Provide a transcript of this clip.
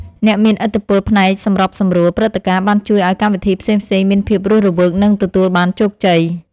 អ្នកមានឥទ្ធិពលផ្នែកសម្របសម្រួលព្រឹត្តិការណ៍បានជួយឱ្យកម្មវិធីផ្សេងៗមានភាពរស់រវើកនិងទទួលបានជោគជ័យ។